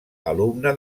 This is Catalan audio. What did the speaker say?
alumne